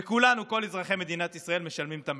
וכולנו, כל אזרחי מדינת ישראל משלמים את המחיר.